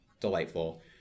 delightful